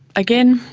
again,